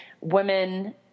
women